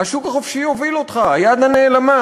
השוק החופשי יוביל אותך, היד הנעלמה.